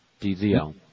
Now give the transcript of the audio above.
DZL